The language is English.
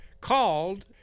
called